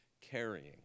carrying